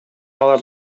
алар